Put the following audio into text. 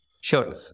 Sure